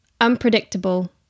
unpredictable